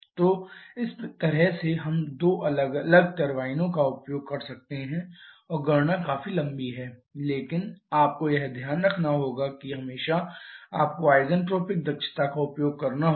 तो इस तरह से हम दो अलग अलग टर्बाइनों का उपयोग कर सकते हैं और गणना काफी लंबी है लेकिन आपको यह ध्यान रखना होगा कि हमेशा आपको आइसेंट्रोपिक दक्षता का उपयोग करना होगा